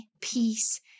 peace